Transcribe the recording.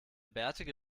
bärtige